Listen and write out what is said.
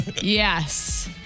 Yes